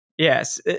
Yes